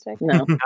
no